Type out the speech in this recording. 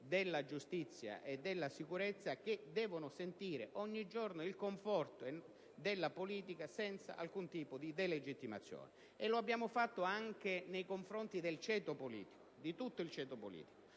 della giustizia e della sicurezza che devono sentire ogni giorno il conforto della politica, senza alcun tipo di delegittimazione. Lo abbiamo fatto anche nei confronti di tutto il ceto politico,